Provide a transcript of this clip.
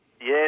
Yes